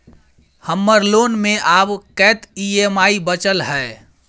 हम्मर लोन मे आब कैत ई.एम.आई बचल ह?